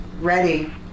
Ready